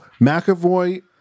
McAvoy